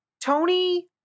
Tony